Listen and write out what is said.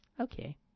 Okay